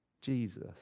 Jesus